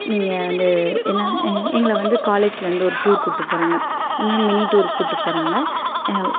நீங்கள் வந்து என்ன எங்களை வந்து காலேஜில் வந்து ஒரு டூர் கூட்டு போகிறாங்க அந்தமாதிரி மினி டூர் கூட்டு போகிறாங்க